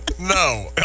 No